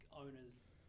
owner's